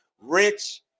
Rich